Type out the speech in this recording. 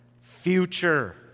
future